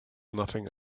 nothing